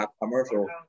commercial